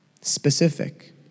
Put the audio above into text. Specific